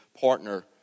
partner